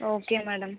okay madam